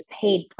paid